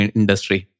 industry